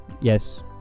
Yes